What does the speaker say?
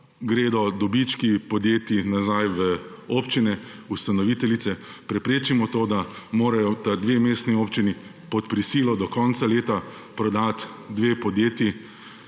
gredo dobički podjetij nazaj v občine, ustanoviteljice. Preprečimo to, da morata dve mestni občini pod prisilo do konca leta prodati dve podjetji